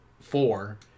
four